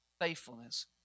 faithfulness